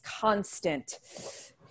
constant